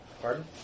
Pardon